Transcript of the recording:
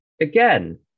again